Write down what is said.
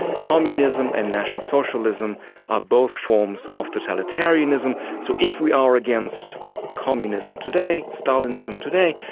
communism and national socialism are both forms of totalitarianism, so if we are against communism today, stalinism today,